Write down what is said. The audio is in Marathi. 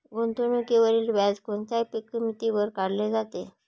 गुंतवणुकीवरील व्याज कोणत्या किमतीवर काढले जाते?